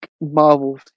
Marvel